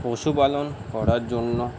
পশুপালন করার জন্য